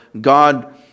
God